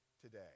today